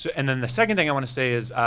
so and then the second thing i wanna say is,